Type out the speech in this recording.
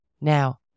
Now